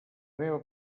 meva